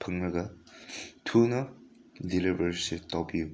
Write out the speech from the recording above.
ꯐꯪꯂꯒ ꯊꯨꯅ ꯗꯤꯂꯤꯕꯔꯁꯦ ꯇꯧꯕꯤꯌꯨ